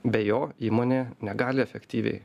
be jo įmonė negali efektyviai